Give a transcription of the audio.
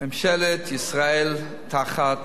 לממשלת ישראל תחת